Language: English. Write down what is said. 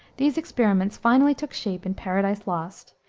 these experiments finally took shape in paradise lost,